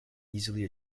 easily